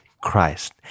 Christ